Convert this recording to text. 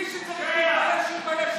מי שצריך להתבייש, שיתבייש.